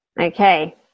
Okay